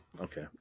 okay